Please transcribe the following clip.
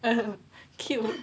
cute